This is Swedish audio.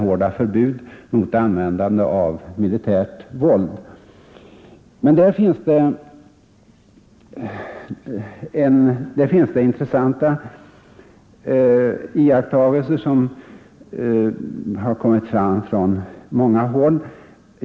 Från många håll har det gjorts intressanta iakttagelser.